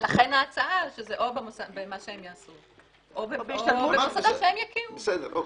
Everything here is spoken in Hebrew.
לכן ההצעה שזה או במה שהם יעשו או במוסדות שהם יכירו בהם.